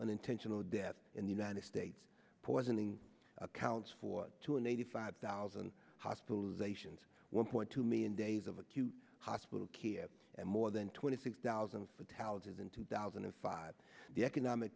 unintentional death in the united states poisoning accounts for two and eighty five thousand hospitalizations one point two million days of acute hospital kiev and more than twenty six thousand fatalities in two thousand and five the economic